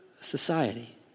society